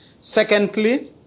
Secondly